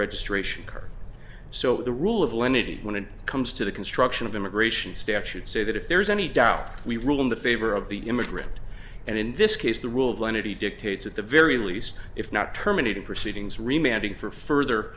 registration card so the rule of lenity when it comes to the construction of immigration step should say that if there's any doubt we rule in the favor of the immigrant and in this case the rule of lenity dictates at the very least if not terminating proceedings remaining for further